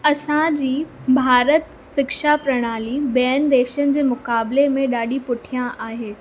असांजी भारत सिक्षा प्रणाली ॿियनि देशनि जे मुक़ाबले में ॾाढी पुठियां आहे